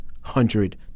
hundred